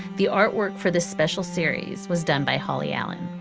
the artwork for this special series was done by holly allen.